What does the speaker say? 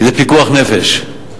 זה פיקוח נפש.